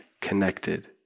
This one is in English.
connected